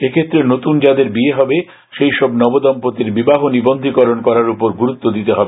এক্ষেত্রে নতুন যাদের বিয়ে হবে সেইসব নবদম্পতির বিবাহ নিবন্ধীকরণ করার উপর গুরুত্ব দিতে হবে